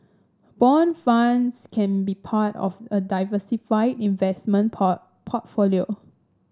bond funds can be part of a diversified investment port portfolio